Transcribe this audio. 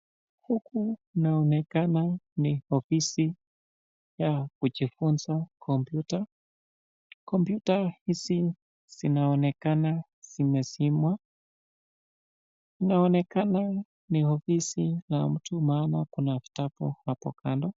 Huku inaonekana ni ofisi ya kujifunza kompyuta. Kompyuta hizi zinaonekana zimesimwa. Inaonekana ni ofisi wa mtu naona kuna vitabu hapo kando.